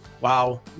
wow